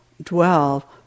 dwell